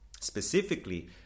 specifically